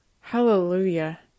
Hallelujah